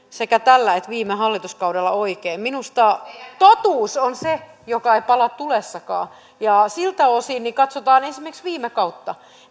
sekä tällä että viime hallituskaudella oikein minusta totuus on se joka ei pala tulessakaan ja siltä osin kun katsotaan esimerkiksi viime kautta